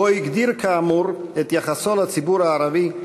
שבו הגדיר כאמור את יחסו לציבור הערבי,